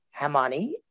Hamani